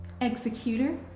executor